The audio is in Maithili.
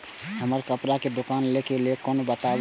हमर कपड़ा के दुकान छै लोन के उपाय बताबू?